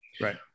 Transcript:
Right